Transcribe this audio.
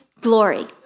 glory